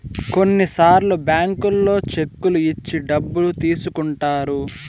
కొన్నిసార్లు బ్యాంకుల్లో చెక్కులు ఇచ్చి డబ్బులు తీసుకుంటారు